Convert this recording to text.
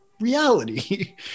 reality